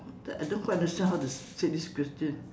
I don't quite understand how to say this question